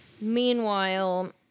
Meanwhile